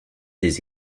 des